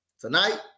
tonight